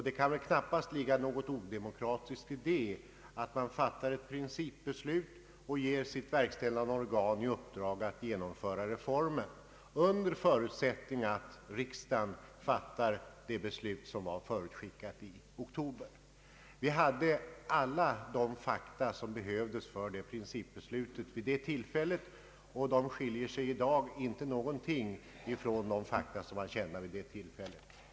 Det kan knappast ligga något odemokratiskt i att man fattar ett principbeslut och ger sitt verkställande organ 1 uppdrag att genomföra reformen, under förutsättning att riksdagen fattar det beslut som var förutskickat i oktober. Vi hade vid det tillfället alla de fakta som behövdes för principbeslutet och dessa fakta skiljer sig inte i något avseende från dem vi har i dag.